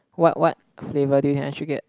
what what flavor did you actually get